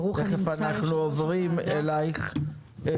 תכף אנחנו עוברים אליך,